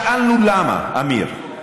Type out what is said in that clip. שאלנו למה, אמיר.